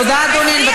תודה, אדוני.